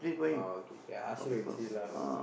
orh okay okay I ask him and see lah